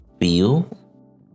feel